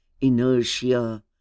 inertia